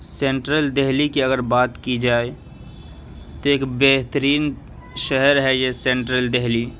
central Delhi کی اگر بات کی جائے تو ایک بہترین شہر ہے یہ سینٹرل دہلی